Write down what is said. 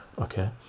okay